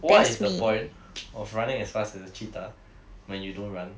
what is the point of running as fast as a cheetah when you don't run